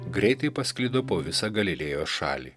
greitai pasklido po visą galilėjos šalį